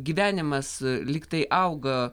gyvenimas lyg tai auga